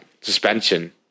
suspension